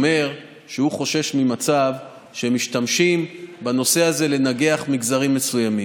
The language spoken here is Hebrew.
הוא אומר שהוא חושש ממצב שמשתמשים בנושא הזה לנגח מגזרים מסוימים.